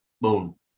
Boom